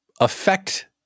affect